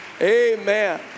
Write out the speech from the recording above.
Amen